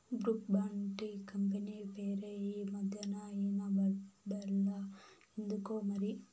Brooke Bond tea company పేరే ఈ మధ్యనా ఇన బడట్లా ఎందుకోమరి